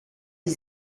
gli